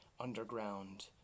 underground